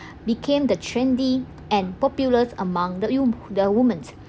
became the trendy and popular among the the woman's